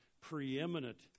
preeminent